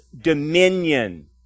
dominion